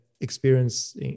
experience